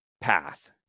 path